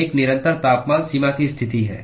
एक निरंतर तापमान सीमा की स्थिति है